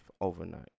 overnight